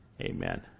amen